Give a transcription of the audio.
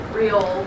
real